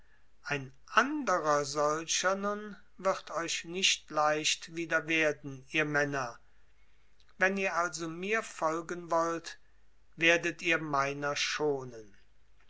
ein anderer solcher nun wird euch nicht leicht wieder werden ihr männer wenn ihr also mir folgen wollt werdet ihr meiner schonen